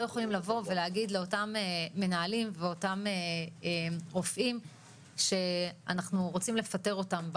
יכולים להגיד לאותם מנהלים ואותם רופאים שאנחנו רוצים לפטר אותם,